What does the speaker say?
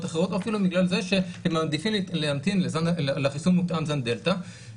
אחרות או אפילו בגלל זה שהם מעדיפים להמתין לחיסון מותאם זן דלתא,